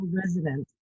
residents